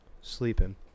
sleeping